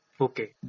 Okay